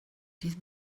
dydd